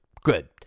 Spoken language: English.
good